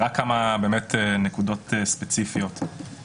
זה חשוב שנדבר על ענישה וזה חשוב גם שאם